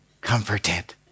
comforted